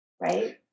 right